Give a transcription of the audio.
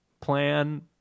plan